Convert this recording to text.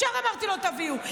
ישר אמרתי לו: תביאו.